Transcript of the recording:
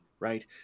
right